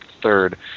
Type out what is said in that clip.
third